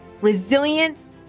resilience